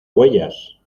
huellas